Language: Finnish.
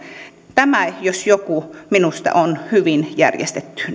tämä jos joku minusta on hyvin järjestetty